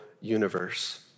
universe